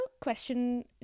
question